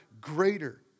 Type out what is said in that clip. greater